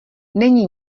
není